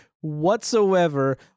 whatsoever